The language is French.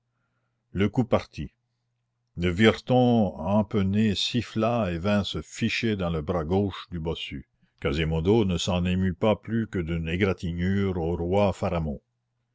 le coup partit le vireton empenné siffla et vint se ficher dans le bras gauche du bossu quasimodo ne s'en émut pas plus que d'une égratignure au roi